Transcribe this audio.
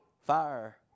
Fire